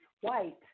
White